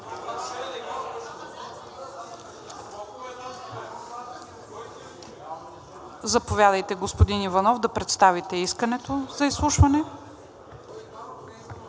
Заповядайте, господин Иванов, да представите искането за изслушване.